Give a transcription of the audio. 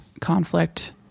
conflict